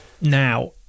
now